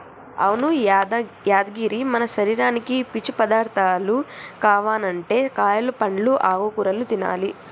అవును యాదగిరి మన శరీరానికి పీచు పదార్థాలు కావనంటే కాయలు పండ్లు ఆకుకూరలు తినాలి